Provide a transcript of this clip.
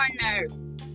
nurse